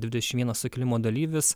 dvidešim vienas sukilimo dalyvis